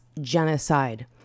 genocide